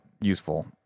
useful